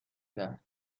کرد